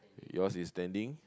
yours is standing